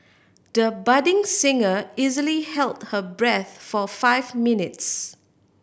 the budding singer easily held her breath for five minutes